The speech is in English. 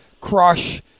crush